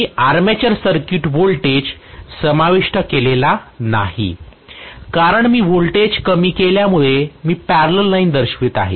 मी armature circuit voltage समाविष्ट केलेला नाही कारण मी व्होल्टेज कमी केल्यामुळे मी पॅरलल लाईन दर्शवित होतो